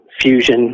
fusion